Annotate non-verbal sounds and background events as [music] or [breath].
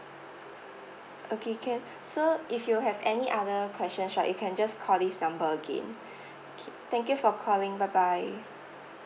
okay can so if you have any other questions right you can just call this number again [breath] okay thank you for calling bye bye